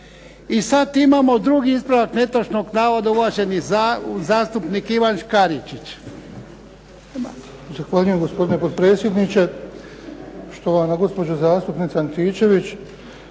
I sad imamo drugi ispravak netočnog navoda uvaženi zastupnik Ivan Škaričić. **Škaričić, Ivan (HDZ)** Zahvaljujem gospodine potpredsjedniče. Štovana gospođo zastupnice Antičević,